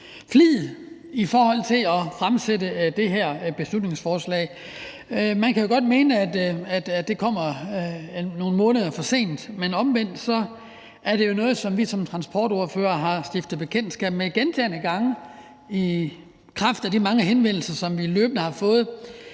flid i forhold til at fremsætte det her beslutningsforslag. Man kan godt mene, at det kommer nogle måneder for sent, men omvendt er det jo noget, som vi som transportordførere har stiftet bekendtskab med gentagne gange i kraft af de mange henvendelser, som vi løbende har fået